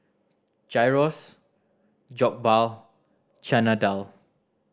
Gyros Jokbal Chana Dal